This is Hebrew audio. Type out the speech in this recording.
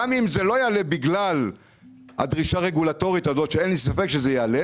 גם אם זה לא יעלה בגלל הדרישה הרגולטורית הזאת שאין לי ספק שזה יעלה